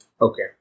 Okay